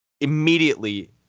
immediately